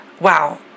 Wow